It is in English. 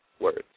words